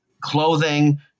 clothing